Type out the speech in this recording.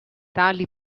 tali